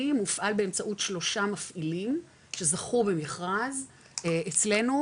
מופעל באמצעות שלושה מפעילים שזכו במכרז אצלנו